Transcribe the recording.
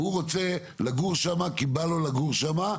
והוא רוצה לגור שם כי בא לו לגור שם,